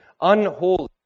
Unholy